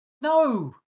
No